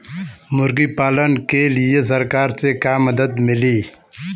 मुर्गी पालन के लीए सरकार से का मदद मिली?